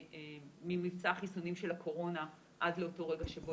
ממבצע החיסונים של הקורונה עד לאותו רגע שבו